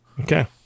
okay